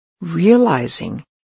realizing